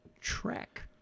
track